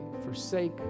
forsake